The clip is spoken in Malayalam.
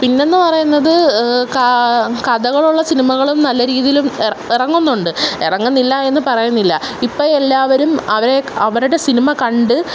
പിന്നെ എന്ന് പറയുന്നത് കഥകളുള്ള സിനിമകളും നല്ല രീതിയിലും ഇറങ്ങുന്നുണ്ട് ഇറങ്ങുന്നില്ല എന്ന് പറയുന്നില്ല ഇപ്പോൾ എല്ലാവരും അവരെ അവരുടെ സിനിമ കണ്ട്